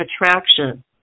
attraction